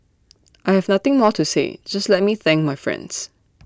I have nothing more to say just let me thank my friends